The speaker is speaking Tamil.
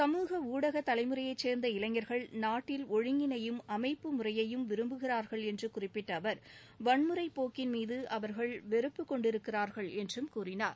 சமூக ஊடக தலைமுறையை சேர்ந்த இளைஞர்கள் நாட்டில் ஒழுங்கினையும் அமைப்பு முறையையும் விரும்புகிறார்கள் என்று குறிப்பிட்ட அவர் அராஜக போக்கின்மீது அவர்கள் வெறுப்பு கொண்டிருக்கிறார்கள் என்றும் கூறினார்